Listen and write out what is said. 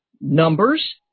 numbers